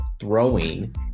throwing